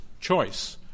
choice